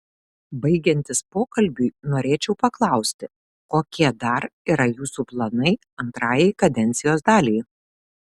baigiantis pokalbiui norėčiau paklausti kokie dar yra jūsų planai antrajai kadencijos daliai